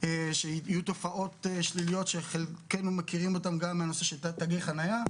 שיהיו תופעות שליליות שחלקנו מכירים אותם גם מהנושא של תגי חנייה,